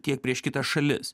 tiek prieš kitas šalis